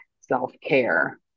self-care